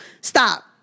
stop